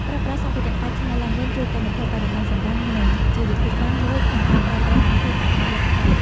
ប្រើប្រាស់សម្ភារៈកែច្នៃឡើងវិញជួយកាត់បន្ថយបរិមាណសំរាម និង ជាវិធីសាស្ត្រមួយក្នុងការប្រើប្រាស់ធនធានឱ្យអស់លទ្ធភាព។